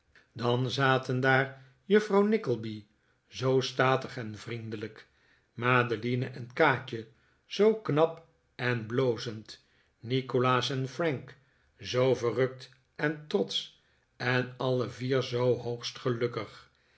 dan zaten daar juffrouw nickleby zoo statig en vriendelijk madeline en kaatje zoo knap en blozend nikolaas en frank zoo verrukt en trotsch en alle vier zoo hoogst gelukkig